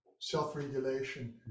self-regulation